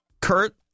Kurt